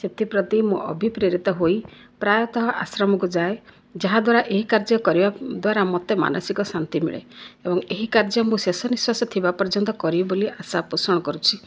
ସେଥିପ୍ରତି ମୁଁ ଅଭିପ୍ରେତ ହୋଇ ପ୍ରାୟତଃ ଆଶ୍ରମକୁ ଯାଏ ଯାହା ଦ୍ୱାରା ଏହି କାର୍ଯ୍ୟ କରିବା ଦ୍ୱାରା ମୋତେ ମାନସିକ ଶାନ୍ତି ମିଳେ ଏବଂ ଏହି କାର୍ଯ୍ୟ ମୁଁ ଶେଷ ନିଃଶ୍ୱାସ ଥିବା ପର୍ଯ୍ୟନ୍ତ କରିବି ବୋଲି ଆଶା ପୋଷଣ କରୁଛି